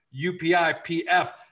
UPI-PF